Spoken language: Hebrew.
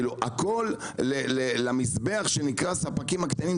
הכול למזבח שנקרא ספקים קטנים?